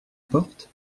porte